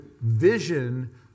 vision